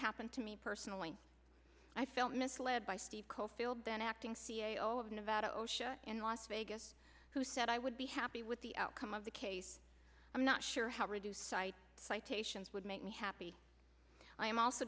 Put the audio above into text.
happened to me personally i feel misled by steve cofield been acting c e o of nevada osha in las vegas who said i would be happy with the outcome of the case i'm not sure how to do cite citations would make me happy i am also